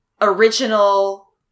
original